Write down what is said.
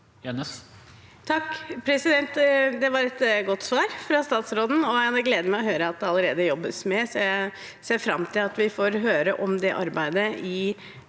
(H) Det var et godt svar fra statsråden. Det gleder meg å høre at det allerede jobbes med, og jeg ser fram til at vi får høre om det arbeidet i